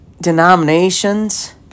denominations